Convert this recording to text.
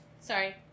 Sorry